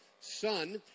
son